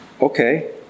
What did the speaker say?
Okay